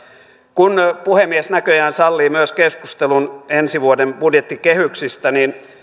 kun puhemies näköjään sallii myös keskustelun ensi vuoden budjettikehyksistä niin